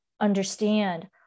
understand